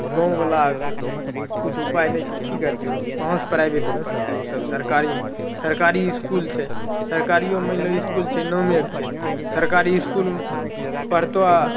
गाँव बलाके किछु उपाए नहि छै तऽ की करतै ओ कहाँ से प्राइभेटमे पढ़तै ओसब सरकारी सरकारी इसकुल छै सरकारियो मानि लहो इसकुल छै नामेके छै सरकारी इसकुलमे पढ़तहुँ